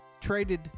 traded